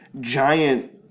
giant